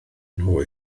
nhw